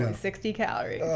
and sixty calories.